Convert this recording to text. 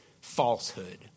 falsehood